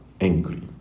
angry